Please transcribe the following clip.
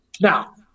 Now